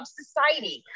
society